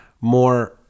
more